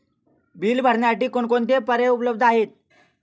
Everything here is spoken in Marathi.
बिल भरण्यासाठी कोणकोणते पर्याय उपलब्ध आहेत?